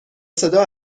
صدا